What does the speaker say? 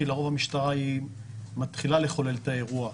כי לרוב המשטרה מתחילה לחולל את האירוע.